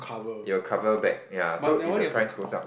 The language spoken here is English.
it will cover back ya so if the price goes up